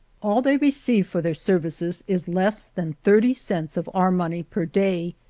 all they receive for their. services is less than thirty cents of our money per day,